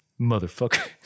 motherfucker